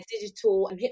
digital